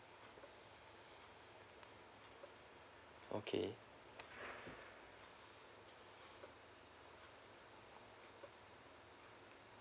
okay